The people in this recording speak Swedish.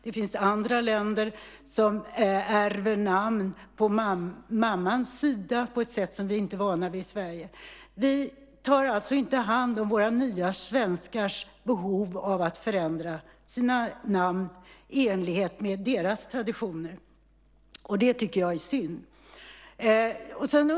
Det finns länder där man ärver namn på mammans sida på ett sätt som vi inte är vana vid i Sverige. Vi tar alltså inte hand om våra nya svenskars behov av att förändra sina namn i enlighet med sina traditioner, och det tycker jag är synd.